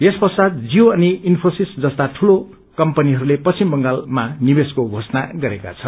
यस पश्चात जियो अनि इन्फ्रेसिस् जस्ता ठूला कम्पनीहरूले पश्चिम बंगालमा निवेशको धोषणा गरेका छन्